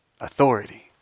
authority